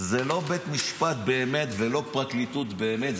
זה לא בית משפט באמת ולא פרקליטות באמת,